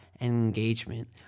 Engagement